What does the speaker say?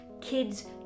kids